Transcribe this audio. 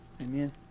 Amen